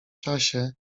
czasie